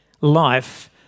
life